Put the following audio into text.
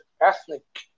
ethnic